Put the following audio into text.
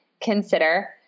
consider